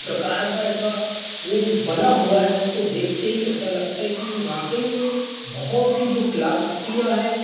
प्रकार का ऐसा वो बना हुआ है उसको देखते ही ऐसा लगता है कि वाकई में बहुत ही जो कलाकृतियाँ हैं